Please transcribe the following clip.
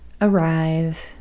arrive